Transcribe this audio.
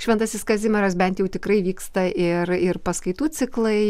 šventasis kazimieras bent jau tikrai vyksta ir ir paskaitų ciklai